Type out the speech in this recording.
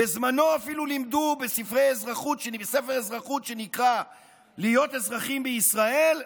בזמנו אפילו לימדו בספר אזרחות שנקרא "להיות אזרחים בישראל"